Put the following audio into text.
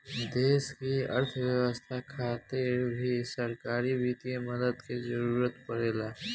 देश की अर्थव्यवस्था खातिर भी सरकारी वित्तीय मदद के जरूरत परेला